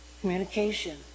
communication